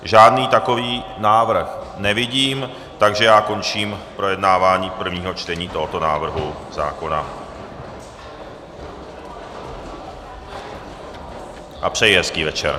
Žádný takový návrh nevidím, takže končím projednávání prvního čtení tohoto návrhu zákona a přeji hezký večer.